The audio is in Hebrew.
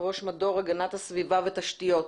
ראש מדור הגנת הסביבה ותשתיות?